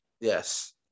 yes